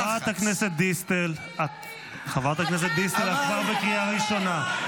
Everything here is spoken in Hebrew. חברת הכנסת דיסטל, את כבר בקריאה ראשונה.